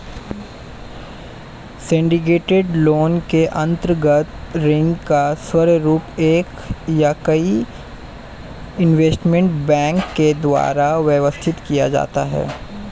syndicated loan के अंतर्गत ऋण का स्वरूप एक या कई इन्वेस्टमेंट बैंक के द्वारा व्यवस्थित किया जाता है